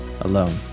alone